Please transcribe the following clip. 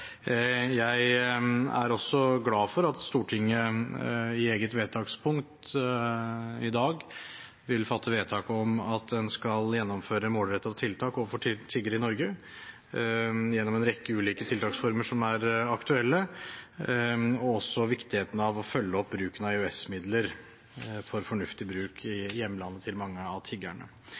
Jeg er også glad for at Stortinget i eget vedtakspunkt i dag vil fatte vedtak om at en skal gjennomføre målrettede tiltak overfor tiggere i Norge gjennom en rekke ulike tiltak som er aktuelle, og som også sier noe om viktigheten av å følge opp bruken av EØS-midler for fornuftig bruk i hjemlandet til mange av